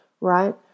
right